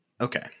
okay